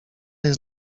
jest